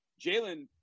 Jalen